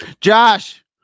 Josh